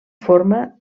forma